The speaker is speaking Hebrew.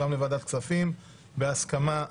לוועדת הכספים או לוועדה לזכויות הילד.